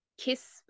Kiss